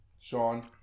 Sean